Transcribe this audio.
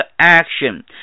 action